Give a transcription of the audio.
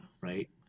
right